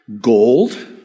gold